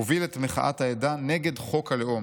הוביל את מחאת העדה נגד חוק הלאום.